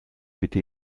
bitte